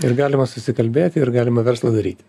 ir galima susikalbėti ir galima verslą daryti